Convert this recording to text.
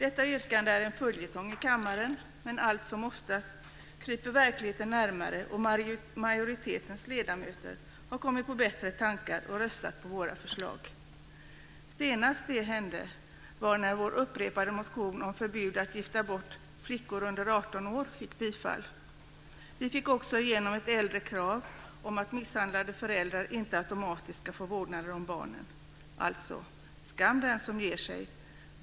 Detta yrkande är en följetong i kammaren, men alltsomoftast kryper verkligheten närmare och majoritetens ledamöter har kommit på bättre tankar och röstat för våra förslag. Senast det hände, var när vår upprepade motion om förbud att gifta bort flickor under 18 år fick bifall. Alltså: Skam den som ger sig.